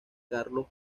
carlos